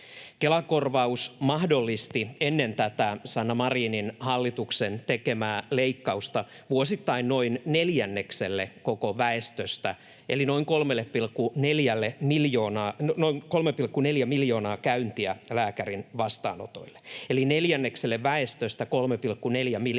Kela-korvaus mahdollisti ennen tätä Sanna Marinin hallituksen tekemää leikkausta vuosittain noin neljännekselle koko väestöstä noin 3,4 miljoonaa käyntiä lääkärin vastaanotolle, eli neljännekselle väestöstä 3,4 miljoonaa